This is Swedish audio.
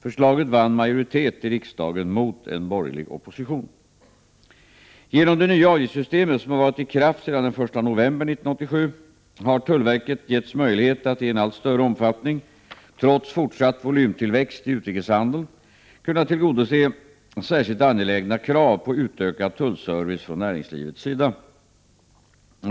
Förslaget vann majoritet i riksdagen mot en borgerlig opposition. Genom det nya avgiftssystemet, som har varit i kraft sedan den 1 november 1987, har tullverket givits möjlighet att i en allt större omfattning — trots fortsatt volymtillväxt i utrikeshandeln — tillgodose särskilt angelägna krav på utökad tullservice från näringslivets sida.